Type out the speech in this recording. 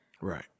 Right